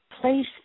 place